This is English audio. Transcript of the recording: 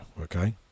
okay